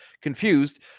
confused